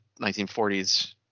1940s